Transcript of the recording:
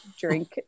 drink